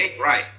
right